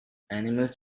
animals